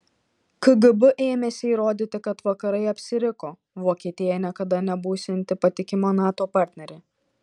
kgb ėmėsi įrodyti kad vakarai apsiriko vokietija niekada nebūsianti patikima nato partnerė